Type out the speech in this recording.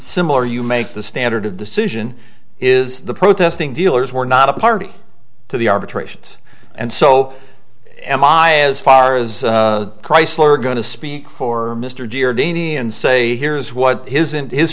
similar you make the standard of decision is the protesting dealers were not a party to the arbitration and so am i as far as chrysler going to speak for mr deer dany and say here is what his and his